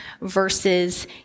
versus